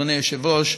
אדוני היושב-ראש,